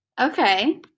okay